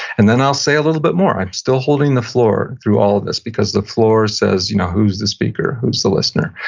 and then i'll say a little bit more. i'm still holding the floor through all of this, because the floor says you know who's the speaker who's the listener,